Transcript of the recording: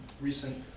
recent